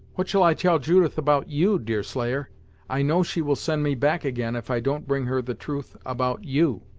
what shall i tell judith about you, deerslayer i know she will send me back again, if i don't bring her the truth about you.